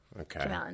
Okay